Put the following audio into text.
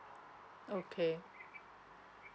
okay